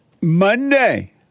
Monday